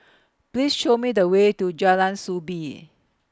Please Show Me The Way to Jalan Soo Bee